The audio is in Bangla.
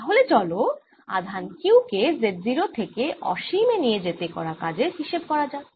তাহলে চল আধান q কে z0 থেকে অসীমে নিয়ে যেতে করা কাজের হিসেব করা যাক